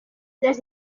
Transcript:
las